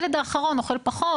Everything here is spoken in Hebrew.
הילד האחרון אוכל פחות,